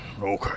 okay